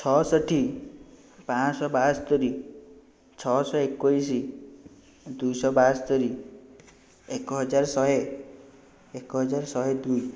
ଛଅଷଠି ପାଞ୍ଚ ଶହ ବାସ୍ତରୀ ଛଅ ଶହ ଏକୋଇଶ ଦୁଇ ଶହ ବାସ୍ତରୀ ଏକ ହଜାର ଶହେ ଏକ ହଜାର ଶହେ ଦୁଇ